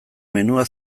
menua